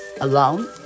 alone